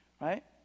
right